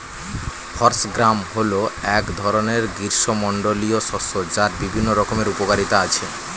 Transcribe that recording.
horse gram হল এক ধরনের গ্রীষ্মমণ্ডলীয় শস্য যার বিভিন্ন রকমের উপকারিতা আছে